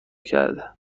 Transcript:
کرده